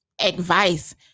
advice